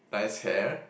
nice hair